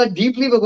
deeply